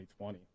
2020